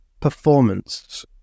performance